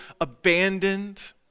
abandoned